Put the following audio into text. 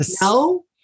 No